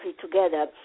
together